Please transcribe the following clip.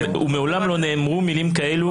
ומעולם לא נאמרו מילים כאלה,